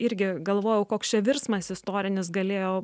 irgi galvojau koks čia virsmas istorinis galėjo